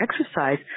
exercise